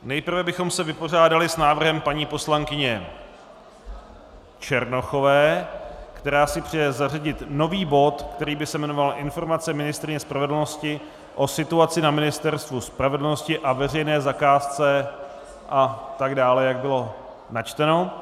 Nejprve bychom se vypořádali s návrhem paní poslankyně Černochové, která si přeje zařadit nový bod, který by se jmenoval Informace ministryně spravedlnosti o situaci na Ministerstvu spravedlnosti a veřejné zakázce atd., jak bylo načteno.